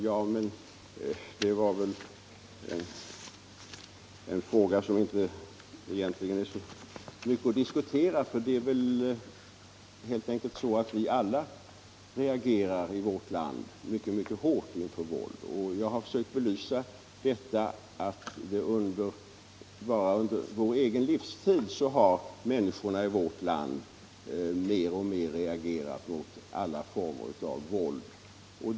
Om åtgärder för att Den frågan är egentligen inte mycket att diskutera. Vi reagerar väl alla — minska antalet mycket starkt mot våld. Jag har försökt belysa att bara under vår egen våldsbrott livstid har människorna här i landet mer och mer reagerat mot olika former av våld.